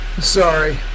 sorry